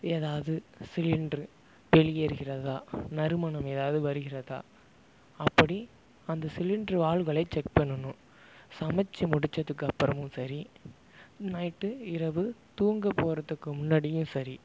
எதாவது சிலிண்டரு வெளியேறுகிறதா நறுமணம் எதாவது வருகிறதா அப்படி அந்தச் சிலிண்டரு வால்வுகளை செக் பண்ணனும் சமைச்சு முடிச்சதுக்கு அப்புறமும் சரி நைட் இரவு துாங்கப் போகிறதுக்கு முன்னாடியும் சரி